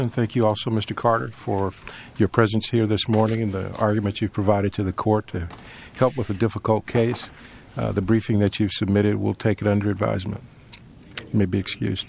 and thank you also mr carter for your presence here this morning in the arguments you provided to the court to help with the difficult case the briefing that you submitted will take it under advisement may be excuse